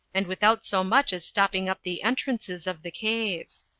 and without so much as stopping up the entrances of the caves.